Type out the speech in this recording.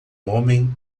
homem